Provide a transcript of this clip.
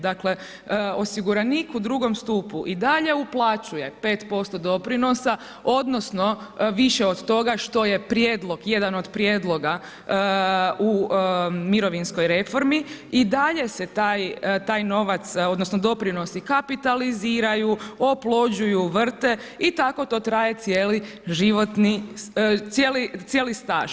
Dakle, osiguranik u drugom stupu i dalje uplaćuje 5% doprinosa odnosno više od toga što je prijedlog, jedan od prijedloga u mirovinskoj reformi i dalje se taj novac odnosno doprinosi kapitaliziraju, oplođuju, vrte i tako to traje cijeli životni, cijeli staž.